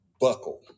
buckle